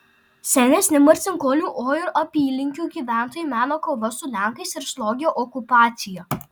senesni marcinkonių o ir apylinkių gyventojai mena kovas su lenkais ir slogią okupaciją